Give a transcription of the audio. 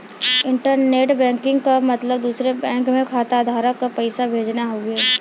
internet banking क मतलब दूसरे बैंक में खाताधारक क पैसा भेजना हउवे